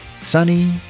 sunny